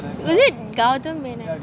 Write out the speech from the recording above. was it Gautham மேனன்:gawtham menon